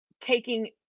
taking